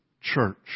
church